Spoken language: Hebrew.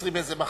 יוצרים מחוות.